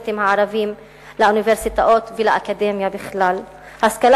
האוניברסיטאות והאקדמיה בכלל לסטודנטים הערבים.